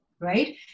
right